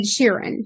sheeran